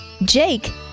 Jake